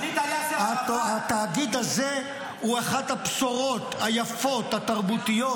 התאגיד הזה הוא אחת הבשורות היפות, התרבותיות,